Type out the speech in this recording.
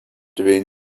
willen